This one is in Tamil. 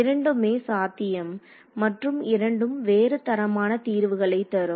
இரண்டுமே சாத்தியம் மற்றும் இரண்டும் வேறு தரமான தீர்வுகளைத் தரும்